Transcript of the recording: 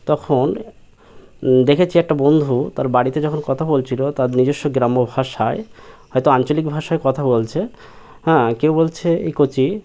তখন দেখেছি একটা বন্ধু তার বাড়িতে যখন কথা বলছিল তার নিজস্ব গ্রাম্য ভাষায় হয়তো আঞ্চলিক ভাষায় কথা বলছে হ্যাঁ কেউ বলছে এই কচি